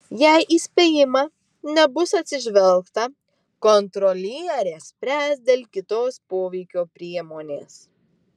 jei į įspėjimą nebus atsižvelgta kontrolierė spręs dėl kitos poveikio priemonės